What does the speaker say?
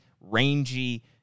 rangy